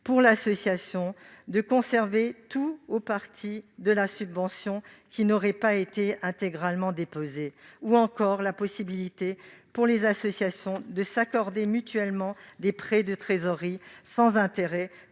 pour l'association de conserver tout ou partie de la subvention qui n'aurait pas été intégralement dépensée. Elle permettra également aux associations de s'accorder mutuellement des prêts de trésorerie, sans intérêt,